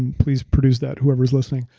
and please produce that, whoever's listening.